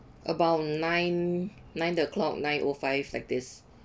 about nine nine o'clock nine O five like this